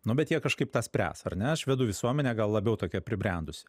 nu bet jie kažkaip tą spręs ar ne švedų visuomenė gal labiau tokia pribrendusi